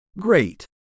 Great